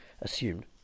assumed